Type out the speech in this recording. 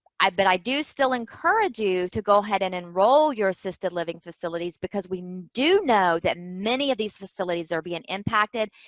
but i do still encourage you to go ahead and enroll your assisted living facilities, because we do know that many of these facilities are being impacted,